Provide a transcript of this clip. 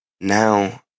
Now